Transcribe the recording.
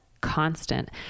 Constant